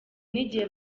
n’igihe